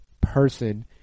person